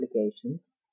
obligations